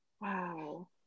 wow